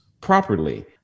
properly